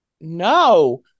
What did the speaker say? no